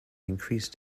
increased